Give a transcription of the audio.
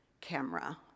camera